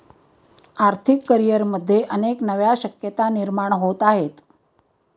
आर्थिक करिअरमध्ये अनेक नव्या शक्यता निर्माण होत आहेत